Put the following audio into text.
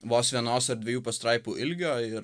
vos vienos ar dviejų pastraipų ilgio ir